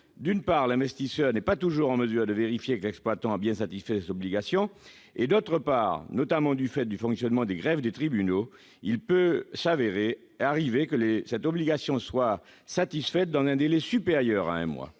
d'une part, l'investisseur n'est pas toujours en mesure de vérifier que l'exploitant a bien satisfait à ces obligations et, d'autre part, notamment du fait du fonctionnement des greffes des tribunaux, il peut arriver que l'obligation soit satisfaite dans un délai supérieur à un mois.